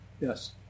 Yes